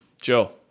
Joe